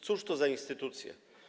Cóż to za instytucje?